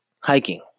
hiking